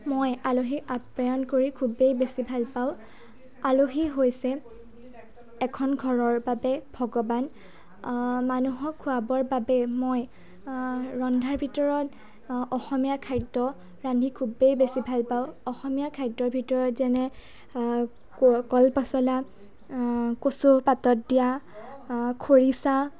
মই আলহীক আপ্যায়ন কৰি খুবেই বেছি ভাল পাওঁ আলহী হৈছে এখন ঘৰৰ বাবে ভগৱান মানুহক খোৱাবৰ বাবে মই ৰন্ধাৰ ভিতৰত অসমীয়া খাদ্য ৰান্ধি খুবেই বেছি ভাল পাওঁ অসমীয়া খাদ্যৰ ভিতৰত যেনে ক' কল পচলা কচু পাতত দিয়া খৰিচা